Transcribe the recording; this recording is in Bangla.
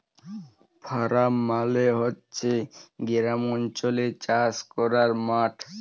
ফারাম মালে হছে গেরামালচলে চাষ ক্যরার মাঠ